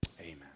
Amen